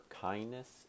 kindness